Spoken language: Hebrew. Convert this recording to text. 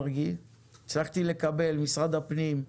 הצלחתי לקבל ממשרד הפנים,